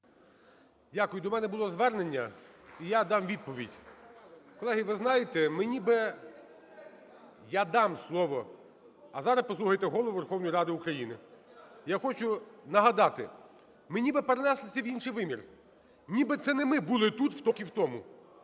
Дякую. До мене було звернення, і я дам відповідь. Колеги, ви знаєте, мені би... (Шум в залі) Я дам слово, а зараз послухайте Голову Верховної Ради України. Я хочу нагадати: мені би перенестися в інший вимір, ніби це не ми були тут, в тому